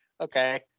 Okay